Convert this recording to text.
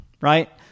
right